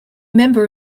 member